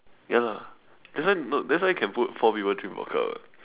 ya lah that's why that's why can put four people drink vodka